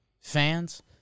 fans